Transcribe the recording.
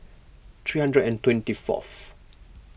three hundred and twenty fourth